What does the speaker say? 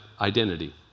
identity